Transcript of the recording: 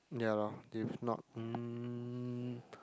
ya lor if not mm